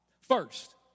first